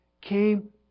came